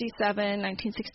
1967